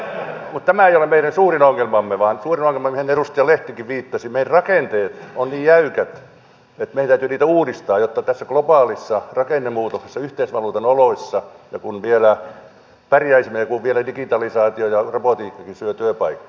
mutta tämä ei ole meidän suurin ongelmamme vaan suurin ongelma mihin edustaja lehtikin viittasi on että meidän rakenteemme ovat niin jäykät että meidän täytyy niitä uudistaa jotta tässä globaalissa rakennemuutoksessa yhteisvaluutan oloissa vielä pärjäisimme kun vielä digitalisaatio ja robotitkin syövät työpaikkoja